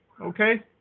okay